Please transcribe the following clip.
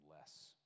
less